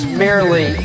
merely